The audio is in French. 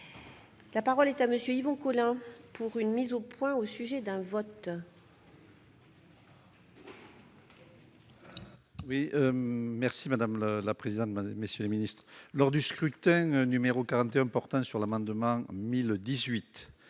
La parole est à M. Yvon Collin, pour une mise au point au sujet d'un vote.